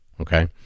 Okay